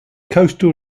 coastal